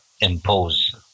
impose